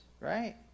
Right